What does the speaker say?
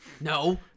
no